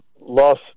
lost